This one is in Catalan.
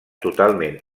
totalment